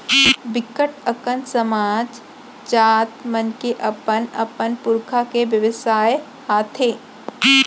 बिकट अकन समाज, जात मन के अपन अपन पुरखा के बेवसाय हाथे